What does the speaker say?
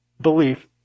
belief